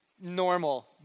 normal